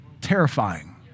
terrifying